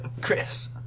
Chris